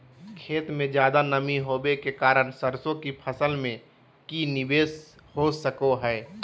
खेत में ज्यादा नमी होबे के कारण सरसों की फसल में की निवेस हो सको हय?